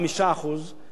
זה 2.5 מיליארד שקל.